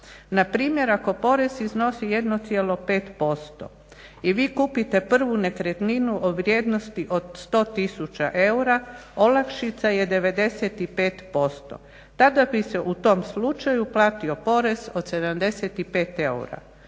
Npr. ako porez iznosi 1,5% i vi kupite prvu nekretninu u vrijednosti od 100 tisuća eura, olakšica je 95%. Tada bi se u tom slučaju platio porez od 75 eura,